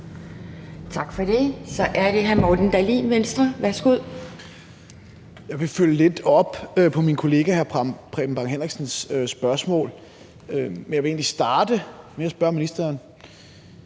Jeg vil følge lidt op på min kollega hr. Preben Bang Henriksens spørgsmål, men jeg vil egentlig starte med at spørge ministeren: